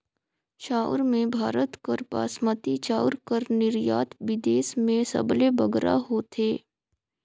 चाँउर में भारत कर बासमती चाउर कर निरयात बिदेस में सबले बगरा होथे